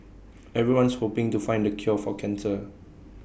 everyone's hoping to find the cure for cancer